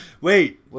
Wait